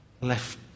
left